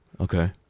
Okay